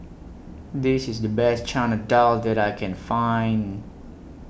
This IS The Best Chana Dal that I Can Find